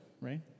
Right